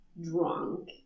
drunk